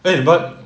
eh but